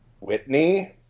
Whitney